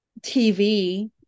TV